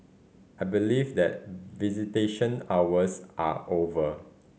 I believe that visitation hours are over